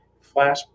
Flash